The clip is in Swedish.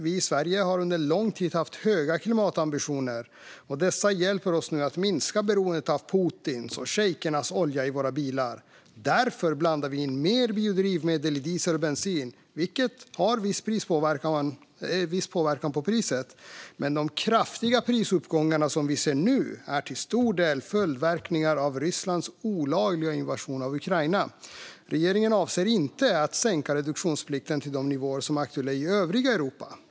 Vi i Sverige har under en lång tid haft höga klimatambitioner, och dessa hjälper oss nu att minska beroendet av Putins och shejkernas olja i våra bilar. Därför blandar vi in mer biodrivmedel i diesel och bensin, vilket har viss påverkan på priset. Men de kraftiga prisuppgångar som vi ser nu är till stor del följdverkningar av Rysslands olagliga invasion av Ukraina. Regeringen avser inte att sänka reduktionsplikten till de nivåer som är aktuella i övriga Europa.